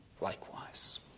likewise